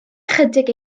ychydig